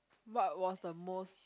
what was the most